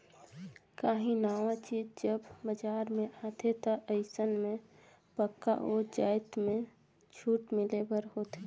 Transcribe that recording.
काहीं नावा चीज जब बजार में आथे ता अइसन में पक्का ओ जाएत में छूट मिले बर होथे